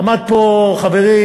עמד פה חברי